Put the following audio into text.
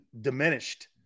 diminished